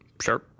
Sure